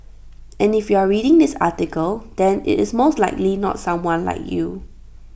and if you are reading this article then IT is most likely not someone like you